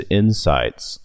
insights